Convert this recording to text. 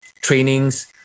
trainings